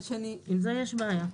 עם זה יש בעיה.